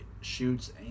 shoots